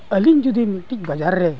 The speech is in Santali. ᱟᱹᱞᱤᱧ ᱡᱩᱫᱤ ᱢᱤᱫᱴᱤᱡ ᱵᱟᱡᱟᱨ ᱨᱮ